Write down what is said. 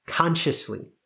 Consciously